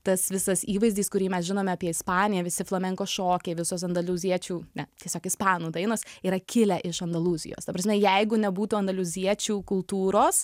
tas visas įvaizdis kurį mes žinome apie ispaniją visi flamenko šokiai visos andaliuziečių ne tiesiog ispanų dainos yra kilę iš andalūzijos ta prasme jeigu nebūtų andaliuziečių kultūros